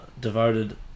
Devoted